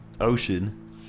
ocean